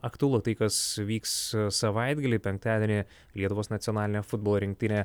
aktualu tai kas vyks savaitgalį penktadienį lietuvos nacionalinė futbolo rinktinė